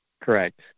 Correct